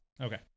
Okay